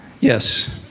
Yes